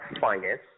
finance